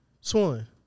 Swan